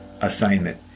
assignment